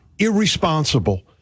irresponsible